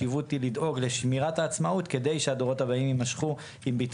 משנת 2015 כשפורסם הדו"ח של מבקר המדינה